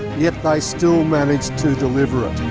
yet they still managed to deliver it.